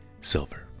silver